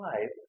life